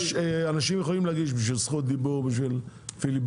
אנשים יכולים להגיש בשביל זכות דיבור, לפיליבסטר.